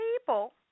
people